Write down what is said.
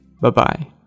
Bye-bye